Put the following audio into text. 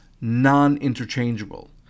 non-interchangeable